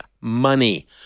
Money